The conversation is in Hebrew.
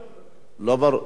יש עוד נרשמים.